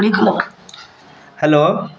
hello